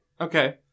Okay